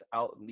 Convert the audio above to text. out